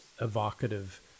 evocative